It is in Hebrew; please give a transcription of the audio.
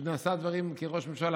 שהוא נשא דברים כראש ממשלה.